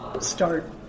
start